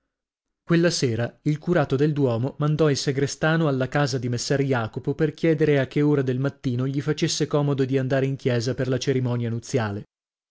quella sera il curato del duomo mandò il sagrestano alla casa di messer jacopo per chiedere a che ora del mattino gli facesse comodo di andare in chiesa per la cerimonia nuziale